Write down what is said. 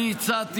אני הצעתי